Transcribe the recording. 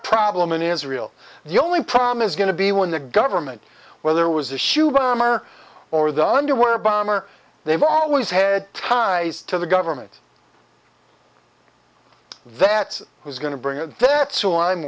problem in israel the only problem is going to be when the government where there was a shoe bomber or the underwear bomber they've always had ties to the government that was going to bring in that so i'm